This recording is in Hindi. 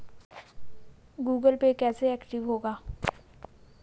गूगल पे कैसे एक्टिव होगा?